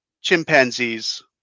chimpanzees